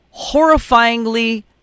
horrifyingly